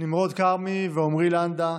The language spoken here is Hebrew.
נמרוד כרמי ועומרי לנדא,